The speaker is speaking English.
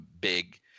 big